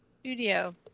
studio